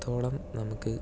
എത്രത്തോളം നമുക്ക്